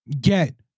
get